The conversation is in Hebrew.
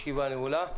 הישיבה נעולה.